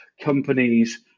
companies